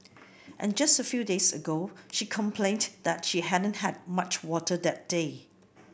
and just a few days ago she complained that she hadn't had much water that day